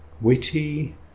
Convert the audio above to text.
witty